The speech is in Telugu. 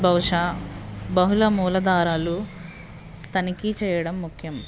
బహుశా బహుళ మూలాదారాలు తనిఖీ చెయ్యడం ముఖ్యం